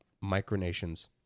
micro-nations